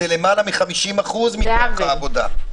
זה למעלה מ-50% מכוח העבודה.